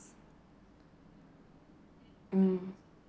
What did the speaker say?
mm